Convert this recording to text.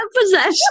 possession